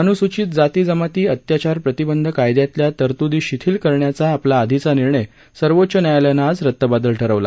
अनुसूचित जाती जमाती अत्याचार प्रतिबंध कायद्यातल्या तरतुदी शिथिल करण्याचा आपला आधीचा निर्णय सर्वोच्च न्यायालयानं आज रद्दबातल ठरवला